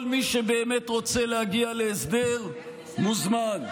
כל מי שבאמת רוצה להגיע להסדר, מוזמן.